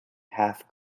half